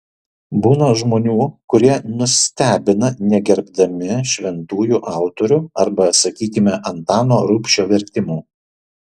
būna žmonių kurie nustebina negerbdami šventųjų autorių arba sakykime antano rubšio vertimų